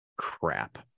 Crap